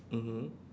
mmhmm